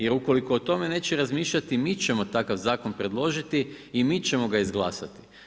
Jer ukoliko o tome neće razmišljati, mi ćemo takav zakon predložiti i mi ćemo ga izglasati.